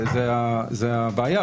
זו הבעיה,